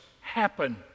happen